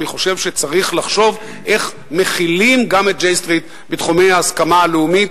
אני חושב שצריך לחשוב איך מכילים גם את J Street בתחומי ההסכמה הלאומית,